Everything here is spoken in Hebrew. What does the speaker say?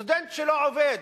סטודנט שלא עובד,